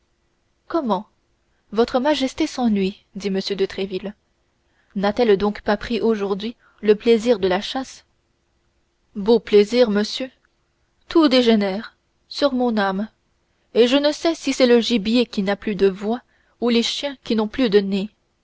comment votre majesté s'ennuie dit m de tréville n'a-t-elle donc pas pris aujourd'hui le plaisir de la chasse beau plaisir monsieur tout dégénère sur mon âme et je ne sais si c'est le gibier qui n'a plus de voie ou les chiens qui n'ont plus de nez